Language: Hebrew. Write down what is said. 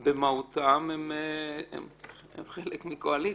במהותם, הם חלק מהקואליציה,